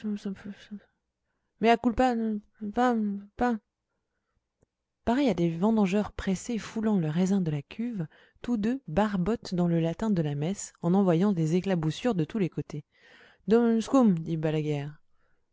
culpa pa pa pareils à des vendangeurs pressés foulant le raisin de la cuve tous deux barbotent dans le latin de la messe en envoyant des éclaboussures de tous les côtés